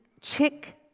chick